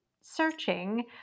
searching